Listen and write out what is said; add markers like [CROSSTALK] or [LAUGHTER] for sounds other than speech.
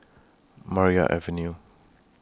[NOISE] Maria Avenue